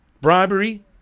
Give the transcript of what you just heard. Bribery